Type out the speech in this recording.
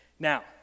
Now